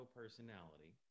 personality